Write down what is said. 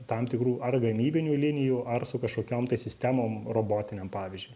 tam tikrų ar gamybinių linijų ar su kažkokiom tai sistemom robotinėm pavyzdžiui